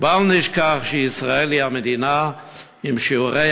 ובל נשכח שישראל היא המדינה עם שיעורי